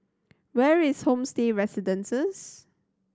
where is Homestay Residences